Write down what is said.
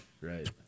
Right